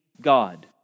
God